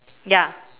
ya